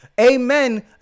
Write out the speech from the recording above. Amen